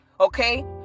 Okay